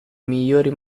migliori